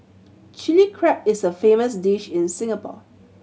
Chilli Crab is a famous dish in Singapore